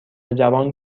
جوان